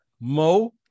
Mo